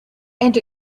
and